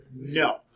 No